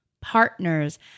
partners